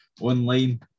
online